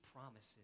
promises